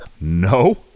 No